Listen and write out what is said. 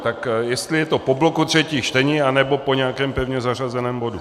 Tak jestli je to bloku třetích čtení, anebo po nějakém pevně zařazeném bodu.